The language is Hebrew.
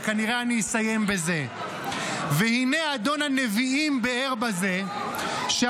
וכנראה אני אסיים בזה: "והינה אדון הנביאים ביאר בזה שהשופטים